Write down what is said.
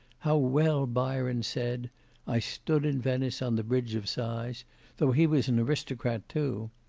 how well byron said i stood in venice on the bridge of sighs though he was an aristocrat too.